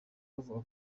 bavuga